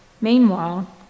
Meanwhile